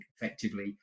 effectively